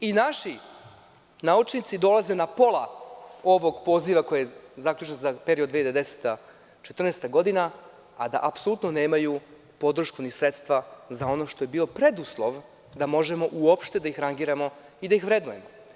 Naši naučnici dolaze na pola ovog poziva koji je zaključen za period 2010/2014. godine, a da apsolutno nemaju podršku ni sredstva za ono što je bio preduslov da možemo uopšte da ih rangiramo i da ih vrednujemo.